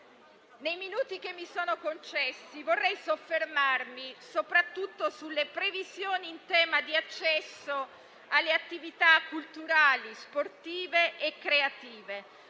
Nei minuti che mi sono concessi vorrei soffermarmi soprattutto sulle previsioni in tema di accesso alle attività culturali, sportive e creative,